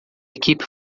equipe